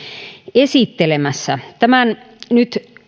esittelemässä tämän nyt